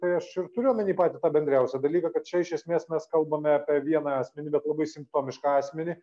tai aš ir turiu omeny patį bendriausią dalyką kad čia iš esmės mes kalbame apie vieną asmenį bet labai simptomišką asmenį